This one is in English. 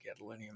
gadolinium